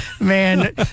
Man